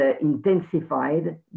intensified